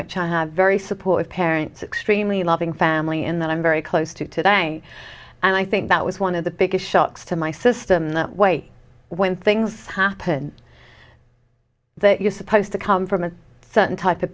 which i have very supportive parents extremely loving family in that i'm very close to today and i think that was one of the biggest shocks to my system that way when things happen that you're supposed to come from a certain type of